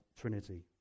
Trinity